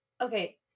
okay